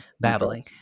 babbling